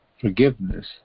forgiveness